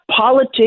politics